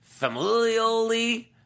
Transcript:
familially